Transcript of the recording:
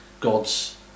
God's